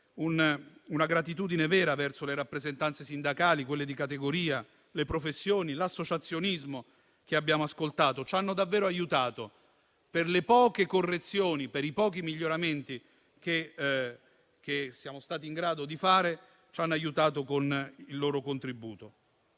una gratitudine vera verso le rappresentanze sindacali, quelle di categoria, le professioni, l'associazionismo, che abbiamo ascoltato. Ci hanno davvero aiutato; per le poche correzioni e per i pochi miglioramenti che siamo stati in grado di fare, è stato determinante il loro contributo.